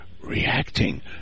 reacting